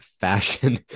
fashion